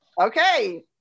Okay